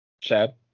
chad